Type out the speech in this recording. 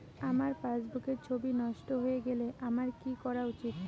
আমার পাসবুকের ছবি নষ্ট হয়ে গেলে আমার কী করা উচিৎ?